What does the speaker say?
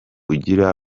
ugira